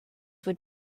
would